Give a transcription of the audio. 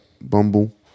Bumble